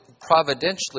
providentially